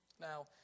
Now